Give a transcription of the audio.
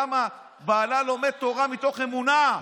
למה בעלה לומד תורה מתוך אמונה.